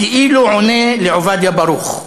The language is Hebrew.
וכאילו עונה לעובדיה ברוך: